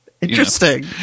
Interesting